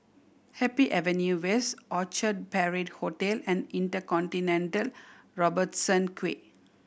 Happy Avenue West Orchard Parade Hotel and InterContinental Robertson Quay